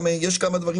יש כמה דברים,